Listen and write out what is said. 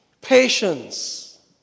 Patience